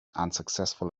unsuccessful